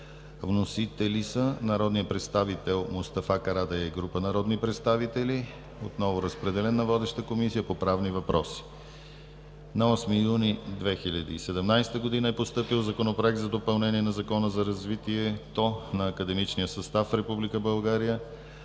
Вносители: народният представител Мустафа Карадайъ и група народни представители. Отново разпределен на водеща Комисия по правни въпроси. На 8 юни 2017 г. е постъпил Законопроект за допълнение на Закона за развитието на академичния състав в